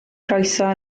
croeso